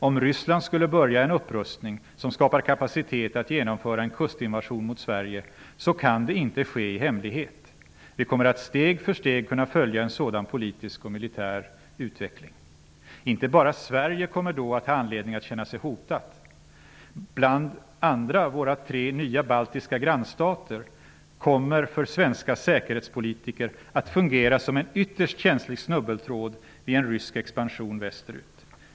Om Ryssland skulle börja en upprustning som skapar kapacitet att genomföra en kustinvasion mot Sverige kan det inte ske i hemlighet. Vi kommer att steg för steg kunna följa en sådan politisk och militär utveckling. Inte bara Sverige kommer då att ha anledning att känna sig hotat. Bl.a. våra tre nya baltiska grannstater kommer för svenska säkerhetspolitiker att fungera som en ytterst känslig snubbeltråd vid en rysk expansion västerut.